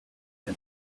for